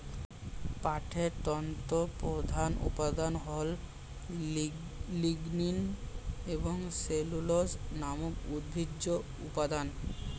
পাটের তন্তুর প্রধান উপাদান হল লিগনিন এবং সেলুলোজ নামক উদ্ভিজ্জ উপাদান